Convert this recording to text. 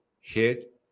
hit